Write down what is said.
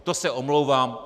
To se omlouvám.